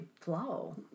flow